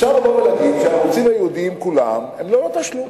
אפשר לבוא ולהגיד שהערוצים הייעודיים כולם הם לא בתשלום,